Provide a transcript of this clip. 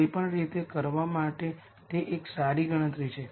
કોઈપણ રીતે કરવા માટે તે એક સારી ગણતરી છે